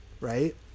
right